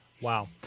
Wow